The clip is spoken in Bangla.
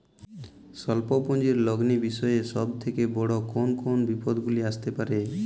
স্বল্প পুঁজির লগ্নি বিষয়ে সব থেকে বড় কোন কোন বিপদগুলি আসতে পারে?